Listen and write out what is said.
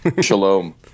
Shalom